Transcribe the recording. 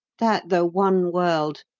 that the one world,